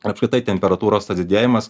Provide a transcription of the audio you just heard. apskritai temperatūros tas didėjimas